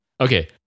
Okay